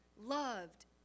loved